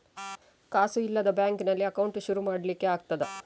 ಕಾಸು ಇಲ್ಲದ ಬ್ಯಾಂಕ್ ನಲ್ಲಿ ಅಕೌಂಟ್ ಶುರು ಮಾಡ್ಲಿಕ್ಕೆ ಆಗ್ತದಾ?